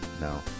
No